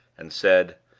and said,